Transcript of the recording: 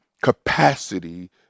capacity